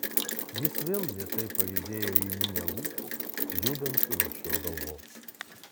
jis vėl lėtai pajudėjo į minią lūpų judančių virš jo galvos